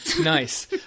Nice